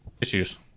Issues